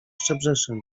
szczebrzeszyn